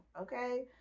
okay